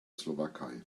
slowakei